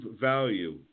value